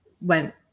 went